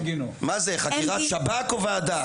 מה זה, חקירת שב"כ, או ועדה?